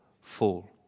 fall